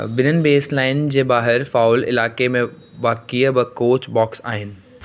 ॿिनि बेसलाइन जे ॿाहिरि फ़ाउल इलाइक़े में वाक़िअ ब॒ कोच बॉक्स आहिनि